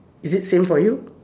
is it same for you